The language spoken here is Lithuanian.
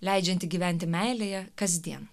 leidžiantį gyventi meilėje kasdien